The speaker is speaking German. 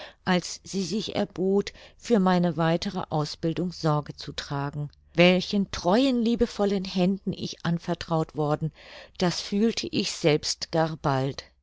als sie sich erbot für meine weitere ausbildung sorge zu tragen welchen treuen liebevollen händen ich anvertraut worden das fühlte ich selbst gar bald